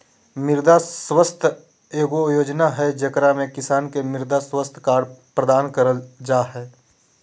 मृदा स्वास्थ्य एगो योजना हइ, जेकरा में किसान के मृदा स्वास्थ्य कार्ड प्रदान कइल जा हइ